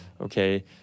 okay